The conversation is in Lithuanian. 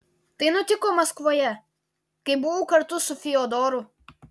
tai nutiko maskvoje kai buvau kartu su fiodoru